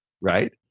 right